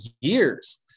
years